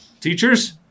Teachers